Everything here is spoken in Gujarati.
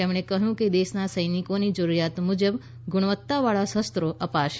તેમણે કહ્યું કે દેશના સૈનિકોને જરૂરીયાત મુજબ ગુણવત્તાવાળા શસ્ત્રો અપાશે